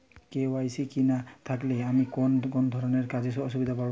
KYC না থাকলে আমি কোন কোন ধরনের কাজে অসুবিধায় পড়ব?